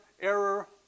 error